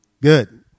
Good